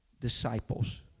disciples